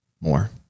more